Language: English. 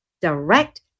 Direct